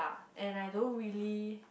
and I don't really